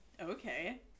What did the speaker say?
okay